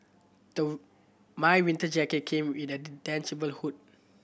my winter jacket came with a detachable hood